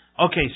okay